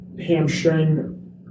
hamstring